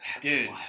Dude